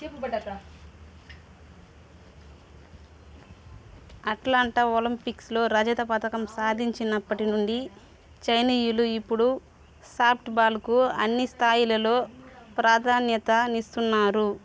Atlanta ఒలింపిక్స్లో రజత పతకం సాధించినప్పటి నుండి చైనీయులు ఇప్పుడు సాఫ్ట్బాల్కు అన్ని స్థాయిలలో ప్రాధాన్యతనిస్తున్నారు